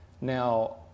Now